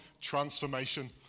transformation